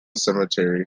cemetery